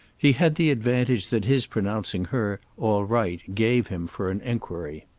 he had the advantage that his pronouncing her all right gave him for an enquiry.